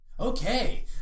Okay